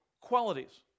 qualities